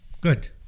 Good